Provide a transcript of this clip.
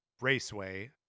Raceway